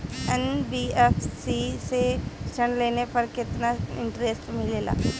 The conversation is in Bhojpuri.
एन.बी.एफ.सी से ऋण लेने पर केतना इंटरेस्ट मिलेला?